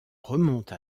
remonte